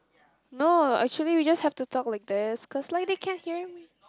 no actually we just have to talk like this cause like they can hear me